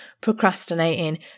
procrastinating